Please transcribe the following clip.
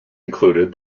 included